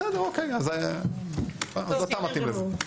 בסדר, אז אתה מתאים לזה.